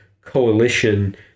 coalition